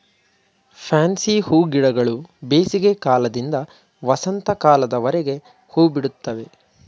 fancy ಹೂಗಿಡಗಳು ಬೇಸಿಗೆ ಕಾಲದಿಂದ ವಸಂತ ಕಾಲದವರೆಗೆ ಹೂಬಿಡುತ್ತವೆ